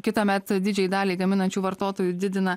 kitąmet didžiajai daliai gaminančių vartotojų didina